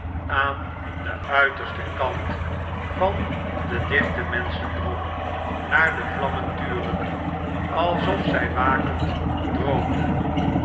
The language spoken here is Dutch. aan den uitersten kant van den dichten menschendrom naar de vlammen turen alsof zij wakend aroomden